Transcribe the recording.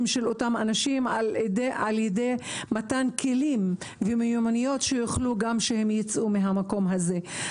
של אותם אנשים על ידי מתן כלים ומיומנויות כדי שהם יצאו מהמקום הזה.